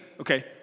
Okay